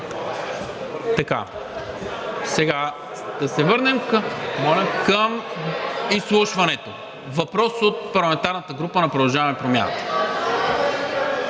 Програмата. Да се върнем към изслушването. Въпрос от парламентарната група на „Продължаваме Промяната“.